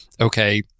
okay